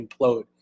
implode